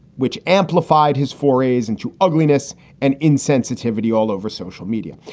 which amplified his forays into ugliness and insensitivity all over social media.